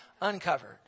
Uncovered